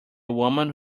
woman